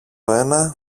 ένα